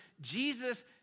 Jesus